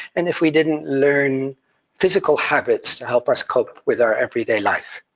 and if we didn't learn physical habits to help us cope with our everyday life.